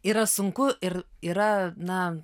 yra sunku ir yra na